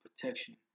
protection